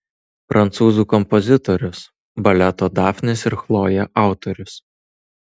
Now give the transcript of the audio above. prancūzų kompozitorius baleto dafnis ir chlojė autorius